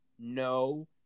No